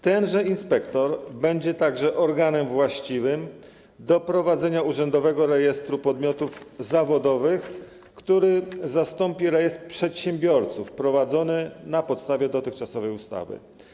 Tenże inspektor będzie także organem właściwym do prowadzenia urzędowego rejestru podmiotów zawodowych, który zastąpi rejestr przedsiębiorców prowadzony na podstawie dotychczasowej ustawy.